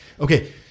Okay